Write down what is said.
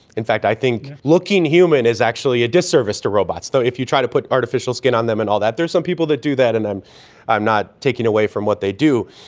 in fact i think looking human is actually actually a disservice to robots. so if you try to put artificial skin on them and all that, there's some people that do that and i'm i'm not taking away from what they do,